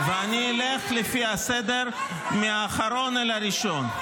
אני אלך לפי הסדר, מהאחרון אל הראשון.